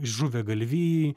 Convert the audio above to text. žuvę galvijai